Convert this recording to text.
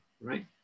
right